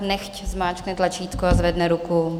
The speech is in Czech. Nechť zmáčkne tlačítko a zvedne ruku.